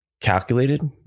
calculated